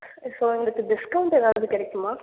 so எங்களுக்கு discount ஏதாவது கிடைக்குமா